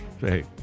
hey